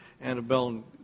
Annabelle